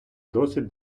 досить